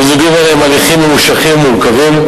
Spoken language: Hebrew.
מיזוגים אלה הם הליכים ממושכים ומורכבים,